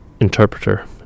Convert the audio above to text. interpreter